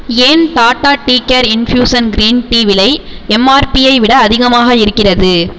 ஏன் Tata tea care infusion green tea விலை MRP யை விட அதிகமாக இருக்கிறது